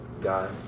God